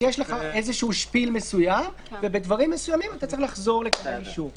יש לך סוג הגנה כי זה הוצאות פירוק פעם אחת,